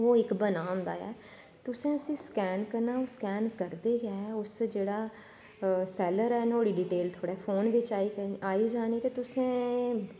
ओह् इक बना दा होंदा ऐ तुसैं उसी स्कैन करना स्कैन करदे गै उस जेह्ड़ा सैल्लर ऐ नोहाड़ी डिटेल थोआढ़ै फोन बिच्च आई जानी ते तुसें